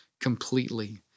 completely